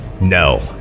no